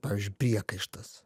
pavyzdžiui priekaištas